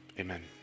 Amen